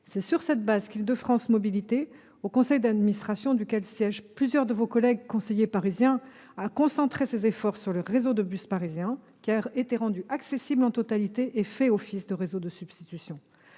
C'est sur cette base qu'Île-de-France Mobilités, au conseil d'administration duquel siègent plusieurs de vos collègues conseillers parisiens, a concentré ses efforts sur le réseau de bus parisien, qui a été rendu accessible en totalité et fait office de réseau de substitution.